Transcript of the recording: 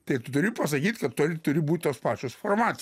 tai tu turiu pasakyt kad tai turi būt tos pačios formacijos